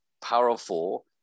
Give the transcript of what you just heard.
powerful